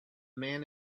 man